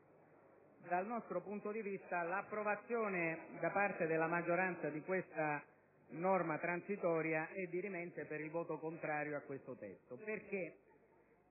dal nostro punto di vista l'approvazione da parte della maggioranza di questa norma transitoria è dirimente per il voto contrario a questo testo.